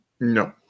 No